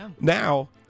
Now